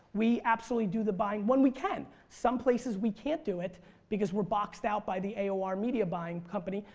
we absolutely do the buying when we can. some places we can't do it because were boxed out by the aor media buying company.